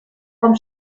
com